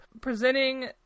presenting